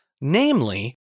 namely